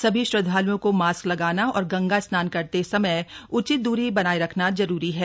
सभी श्रद्वाल्ओं को मास्क लगाना और गंगा स्नान करते समय उचित द्री बनाए रखना जरूरी है